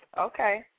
Okay